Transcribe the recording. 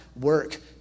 work